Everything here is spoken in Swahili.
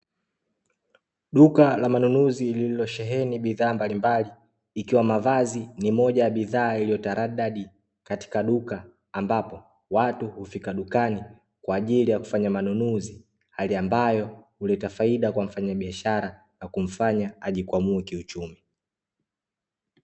Duka la manunuzi lililosheheni bidhaa mbalimbali, ikiwa mavazi ni moja ya bidhaa iliyotaradadi katika duka, ambapo watu hufika dukani kwa ajili ya kufanya manunuzi, hali ambayo huleta faida kwa mfanyabiashara, na kumfanya ajikwamue kiuchumi.